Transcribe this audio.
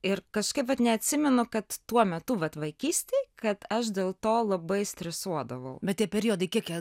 ir kažkaip vat neatsimenu kad tuo metu vat vaikystėj kad aš dėl to labai stresuodavau bet tie periodai kiek jie